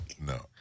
No